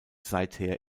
seither